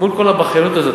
מול כל הבכיינות הזאת,